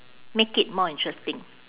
make it more interesting